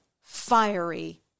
fiery